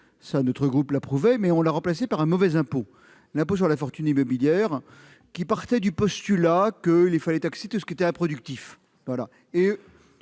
que notre groupe approuvait, mais on l'a remplacé par un mauvais impôt : l'impôt sur la fortune immobilière, qui partait du postulat qu'il fallait taxer tout ce qui était improductif. Pour